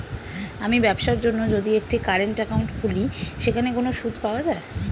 আমি ব্যবসার জন্য যদি একটি কারেন্ট একাউন্ট খুলি সেখানে কোনো সুদ পাওয়া যায়?